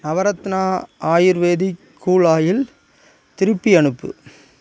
Navratna Ayurvedic cool oil திருப்பி அனுப்பு